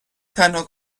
تنها